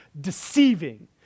deceiving